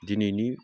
दिनैनि